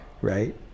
right